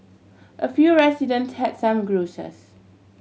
a few residents has some grouses